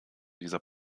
dieser